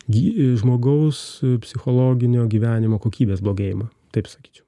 gi žmogaus psichologinio gyvenimo kokybės blogėjimą taip sakyčiau